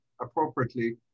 appropriately